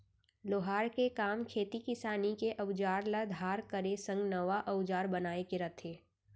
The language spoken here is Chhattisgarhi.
लोहार के काम खेती किसानी के अउजार ल धार करे संग नवा अउजार बनाए के रथे